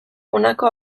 honako